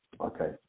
Okay